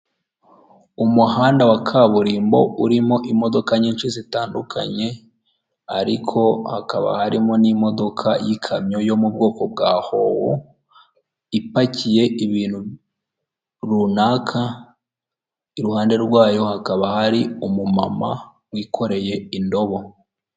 Akazu k'umuhondo gakorerwamo n'isosiyete y'itumanaho mu Rwanda ya emutiyene, harimo umugabo uhagaze witeguye guha serivisi abaza bamugana zirimo; kubitsa, kubikuza, cyangwa kohereza amafaranga.